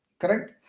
correct